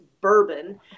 bourbon